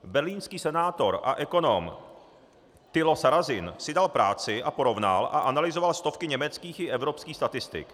Berlínský senátor a ekonom Thilo Sarrazin si dal práci a porovnal a analyzoval stovky německých i evropských statistik.